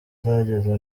zageze